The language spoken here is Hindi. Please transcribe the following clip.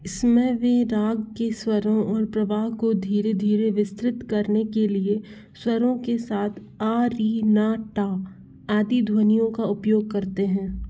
इसमें वे राग के स्वरों और प्रवाह को धीरे धीरे विस्तृत करने के लिए स्वरों के स्थान पर आ री न टा आदि ध्वनियों का उपयोग करते हैं